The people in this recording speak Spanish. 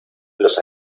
los